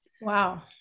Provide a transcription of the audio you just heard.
Wow